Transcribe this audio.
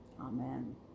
Amen